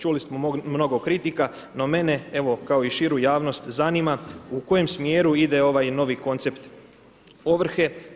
Čuli smo mnogo kritika, no mene evo, kao i širu javnost zanima u kojem smjeru ide ovaj novi koncept ovrhe.